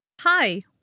Hi